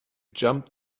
jump